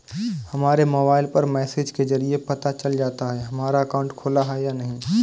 हमारे मोबाइल पर मैसेज के जरिये पता चल जाता है हमारा अकाउंट खुला है या नहीं